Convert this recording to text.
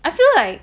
I feel like